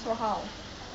so how